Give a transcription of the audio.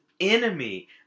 enemy